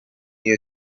year